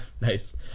Nice